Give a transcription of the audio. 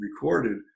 recorded